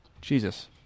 Jesus